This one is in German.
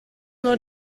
nur